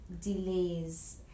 delays